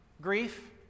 grief